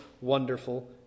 Wonderful